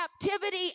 captivity